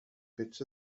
pitch